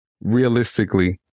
realistically